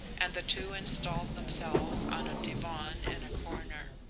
and the two installed themselves on a divan in a corner.